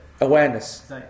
Awareness